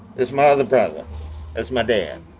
it's my other battle as my dad,